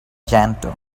janitor